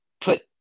put